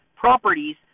properties